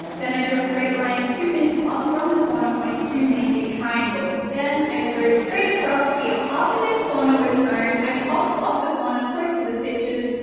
then, i drew a straight line two inches up from the corner point to make a triangle. then, i sewed straight across here. after this corner was sewn, i chopped off the corner close to the stitches,